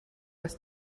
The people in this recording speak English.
was